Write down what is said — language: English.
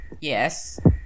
Yes